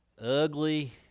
ugly